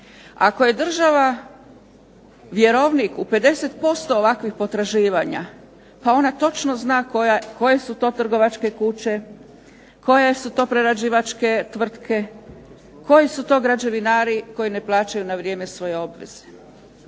Ako je država vjerovnik u 50% ovakvih potraživanja pa onda točno zna koje su to trgovačke kuće, koje su to prerađivačke tvrtke, koji su to građevinari koji ne plaćaju na vrijeme svoje obveze.